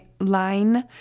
line